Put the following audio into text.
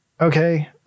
Okay